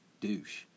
douche